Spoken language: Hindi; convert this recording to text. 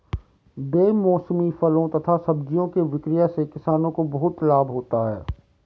बेमौसमी फलों तथा सब्जियों के विक्रय से किसानों को बहुत लाभ होता है